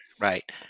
right